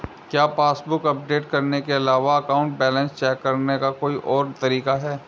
क्या passbook update करने के अलावा अकाउंट बैलेंस चेक करने का कोई और तरीका है?